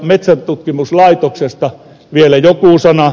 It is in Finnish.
metsäntutkimuslaitoksesta vielä joku sana